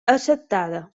acceptada